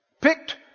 picked